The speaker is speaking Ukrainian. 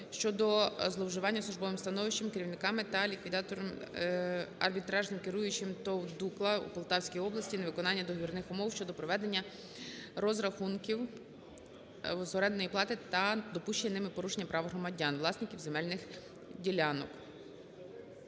про зловживання службовим становищем керівниками та ліквідатором - арбітражним керуючим ТОВ "Дукла" у Полтавській області, невиконання договірних умов щодо проведення розрахунків з орендної плати та допущення ними порушення прав громадян-власників земельних ділянок.